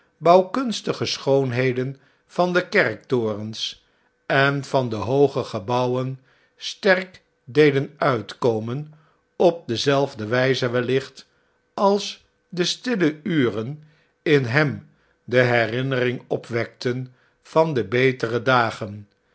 verwjderde bouwkunstige schoonheden van de kerktorens en van de nooge gebpuwen sterk deden uitkomen op dezelfde wn'ze wellicht als de stille uren in hem de herinnering opwekten van de betere dagen